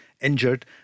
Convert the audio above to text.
injured